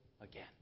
again